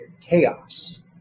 chaos